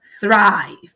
Thrive